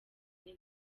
ine